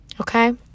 okay